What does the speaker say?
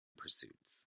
pursuits